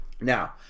Now